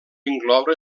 incloure